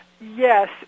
Yes